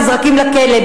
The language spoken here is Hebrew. נזרקים לכלא,